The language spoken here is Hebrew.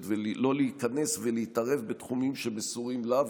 ולא להיכנס ולהתערב בתחומים שמסורים לה,